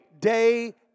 day